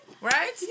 Right